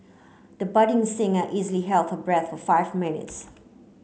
the budding singer easily held her breath for five minutes